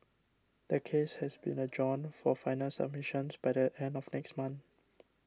the case has been adjourned for final submissions by the end of next month